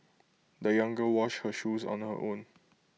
the young girl washed her shoes on her own